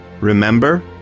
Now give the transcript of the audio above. Remember